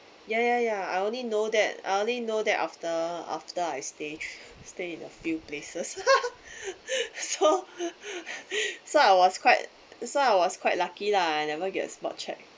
ya ya ya I only know that I only know that after after I stay stay in a few places so so I was quite so I was quite lucky lah I never gets spot check